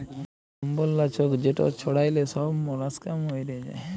কম্বজ লাছক যেট ছড়াইলে ছব মলাস্কা মইরে যায়